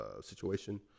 situation